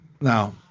Now